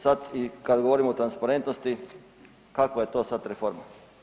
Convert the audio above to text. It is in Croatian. Sada kada i govorimo o transparentnosti kakva je to sada reforma?